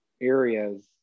areas